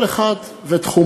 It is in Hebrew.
כל אחד בתחומו.